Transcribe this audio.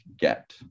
get